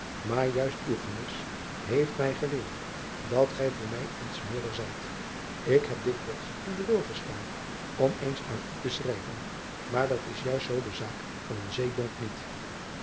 maar juist uw gemis heeft mij geleerd dat gij voor mij iets meerder zijt k heb dikwijls in den wil gestaan om eens aan u te schrijven maar dat is juist zoo de zaak van een zeebonk niet